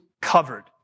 covered